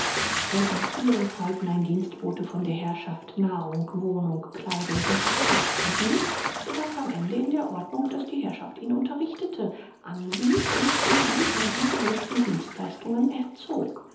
wenn in früheren zeiten ein dienstbote von der herrschaft nahrung wohnung kleidung und weiter nichts erhielt so war es am ende in der ordnung daß die herrschaft ihn unterrichtete anwies und für die von ihr gewünschten dienstleistungen erzog